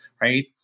right